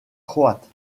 croate